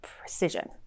precision